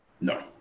No